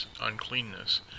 uncleanness